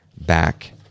back